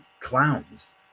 clowns